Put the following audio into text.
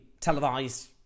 televised